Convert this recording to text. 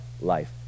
life